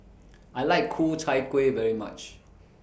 I like Ku Chai Kuih very much